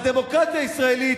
בדמוקרטיה הישראלית,